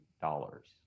dollars